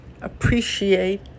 appreciate